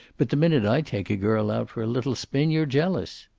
but the minute i take a girl out for a little spin, you're jealous.